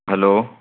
hello